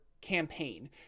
campaign